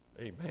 Amen